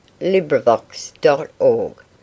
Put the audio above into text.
LibriVox.org